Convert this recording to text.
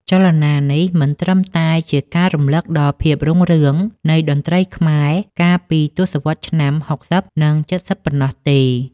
ចលនានេះមិនត្រឹមតែជាការរំលឹកដល់ភាពរុងរឿងនៃតន្ត្រីខ្មែរកាលពីទសវត្សរ៍ឆ្នាំ ៦០ និង ៧០ ប៉ុណ្ណោះទេ។